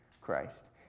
Christ